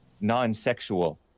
non-sexual